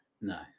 No